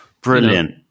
brilliant